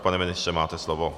Pane ministře, máte slovo.